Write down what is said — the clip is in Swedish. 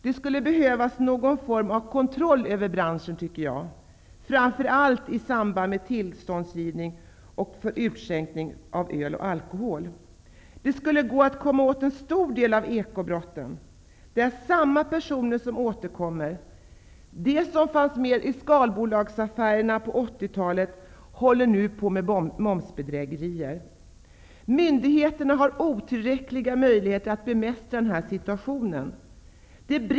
Det skulle behövas någon form av skärpt kontroll över den branschen, framför allt i samband med tillståndsgivning när det gäller utskänkning av öl och annan alkohol. Det skulle gå att komma åt en stor del av ekobrotten. Det är samma personer som ständigt återkommer. De som sysslade med skalbolagsaffärer under 1980-talet håller nu på med momsbedrägerier. Myndigheterna har otillräckliga möjligheter att bemästra situationen.